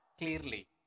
clearly